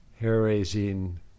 hair-raising